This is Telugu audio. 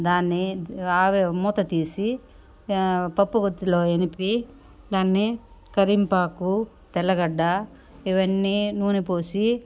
దాన్ని ఆవిరి మూతతీసి పప్పు గుత్తిలో ఇనిపి దాన్ని కరింపాకు తెల్లగడ్డ ఇవన్నీ నూనె పోసి